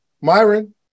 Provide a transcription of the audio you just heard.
myron